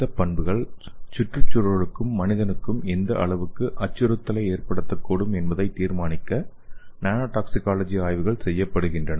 இந்த பண்புகள் சுற்றுச்சூழலுக்கும் மனிதர்களுக்கும் எந்த அளவிற்கு அச்சுறுத்தலை ஏற்படுத்தக்கூடும் என்பதை தீர்மானிக்க நானோடாக்சிகாலஜி ஆய்வுகள் செய்யப்படுகின்றன